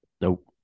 Nope